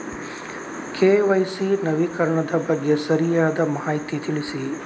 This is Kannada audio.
ಕೆ.ವೈ.ಸಿ ನವೀಕರಣದ ಬಗ್ಗೆ ಸರಿಯಾದ ಮಾಹಿತಿ ತಿಳಿಸಿ?